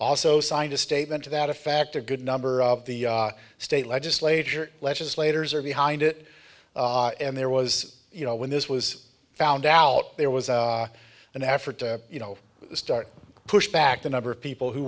also signed a statement to that effect a good number of the state legislature legislators are behind it and there was you know when this was found out there was an effort to you know start push back the number of people who